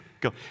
go